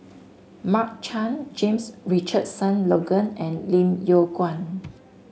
Mark Chan James Richardson Logan and Lim Yew Kuan